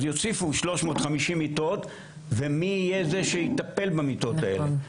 אז יוסיפו 350 מיטות ומי יהיה זה שיטפל במיטות האלה?